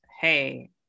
Hey